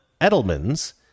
Edelman's